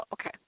okay